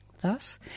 thus